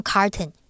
Carton